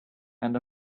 and